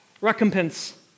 recompense